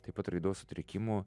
taip pat raidos sutrikimų